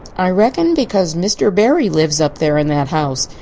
i reckon because mr. barry lives up there in that house.